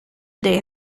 day